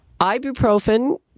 ibuprofen